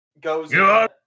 goes